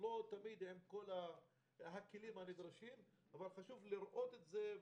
לא תמיד נמצאים בידם כל הכלים הנדרשים אבל חשוב לראות את זה,